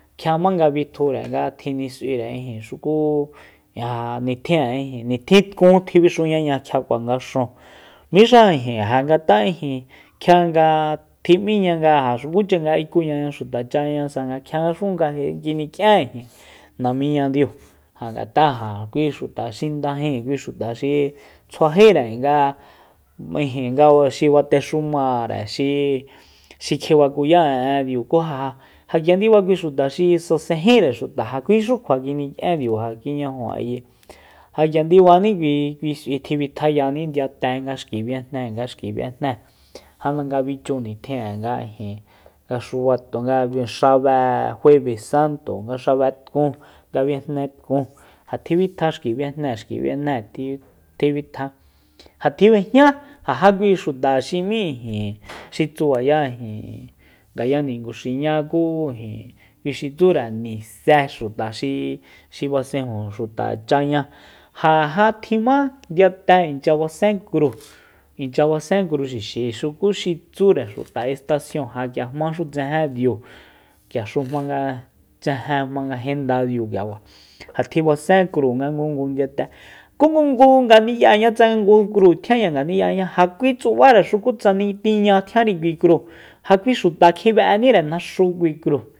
Kjiama nga bitjure nga tjinis'uire ijin xuku ja nitjin'e nitjin tkun bixuñaña kjiakua nga xúun míxa ja ngat'a ijin kjia nga tjim'íña nga ja xukucha nga ikuyaña xuta cháñasa nga xuku nga kjia kinik'ien namiñadiu ja ngat'a ja kui xuta xindajíin kui xuta xi tsjuajíre nga ijin nga xi batexumare xi- xi kjibakuya en'e diu kuja ja k'ia ndiba kui xuta xi sasenjíre ngat'a ja kuixu kjua kinik'ien ja ki'ñajo ayi ja k'ia ndibani kui- kui xi tjibitjayaní ndiyate nga xki biejnée nga xki biejnée janda nga fichu nitjin'e nga ijin nga xubato nga xabée nga jueve santo xabe tkun bijne tkun ja tjibitja xki biejnée xki biejnée tjibi- tjibitja ja tjinb'ejña ja kui xuta xi m'í ijin xi tsubaya ijin ngaya ninguxiña ku ijin kui xi tsure nise xuta xi- xi basenju xuta cháña ja já tjima inchya basen kru inchya basen kru xixi xuku xi tsúre xuta estasion ja k'ia jmaxu tsejen díu k'iaxu jmanga tsejen jmanga jenda diu k'iakua ja tji basen kru nga ngungu ndiyate ku ngungu ngani'yaña tsanga ngu kru tjianña ngani'yaña ja kui tsubare xuku tsa mi tiña tjiánri kui kru ja kui xuta kjibe'eníre naxu kui kru